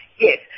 yes